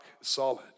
solid